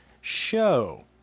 show